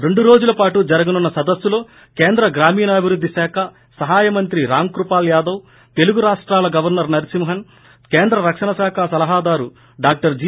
రెండు రోజులపాటు జరగనున్న సదస్సులో కేంద్ర గ్రామీణాభివృద్ధిశాఖ సహాయ మంత్రి రాంకృపాల్ యాదవ్ తెలుగు రాష్టాల గవర్నర్ నరసింహన్ కేంద్ర రక్షణ శాఖ సలహాదారు డాక్టర్ జి